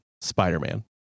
Spider-Man